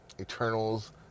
Eternals